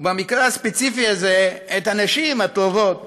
ובמקרה הספציפי הזה את הנשים הטובות,